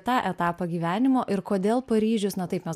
tą etapą gyvenimo ir kodėl paryžius na taip mes